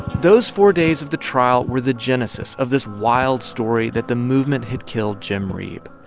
those four days of the trial were the genesis of this wild story that the movement had killed jim reeb.